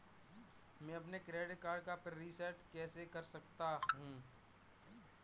मैं अपने credit card का पिन रिसेट कैसे कर सकता हूँ?